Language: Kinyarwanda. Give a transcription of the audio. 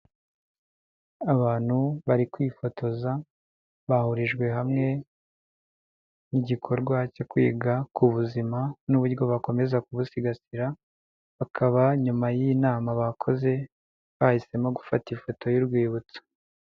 Abantu bari kwifotoza, bahurijwe hamwe n'igikorwa cyo kwiga ku buzima n'uburyo bakomeza kubusigasira, bakaba nyuma y'inyiama bakoze, bahisemo gufata ifoto y'urwibutso.